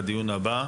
לדיון הבא.